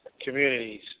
communities